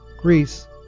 Greece